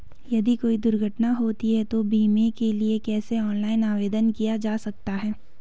यदि कोई दुर्घटना होती है तो बीमे के लिए कैसे ऑनलाइन आवेदन किया जा सकता है?